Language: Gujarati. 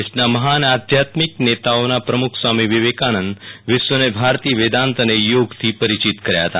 દેશના મહાન આધ્યાત્મિક નેતાઓના પ્રમખ સ્વામી વિવેકાનંદએ વિશ્વને ભારતીય વેદાત અને યોગથી પરિચિત કર્યા હતા